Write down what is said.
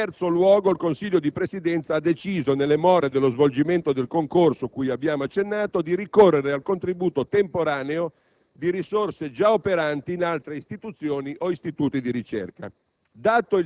In terzo luogo, il Consiglio di Presidenza ha deciso, nelle more dello svolgimento del concorso cui abbiamo accennato, di ricorrere al contributo temporaneo di risorse già operanti in altre istituzioni o istituti di ricerca.